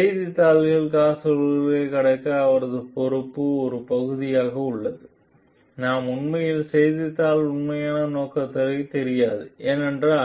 என்பதை போன்ற செய்தித்தாள் காசோலை கடக்க அவரது பொறுப்பு ஒரு பகுதியாக உள்ளது நாம் உண்மையில் செய்தித்தாள் உண்மையான நோக்கம் தெரியாது ஏனெனில்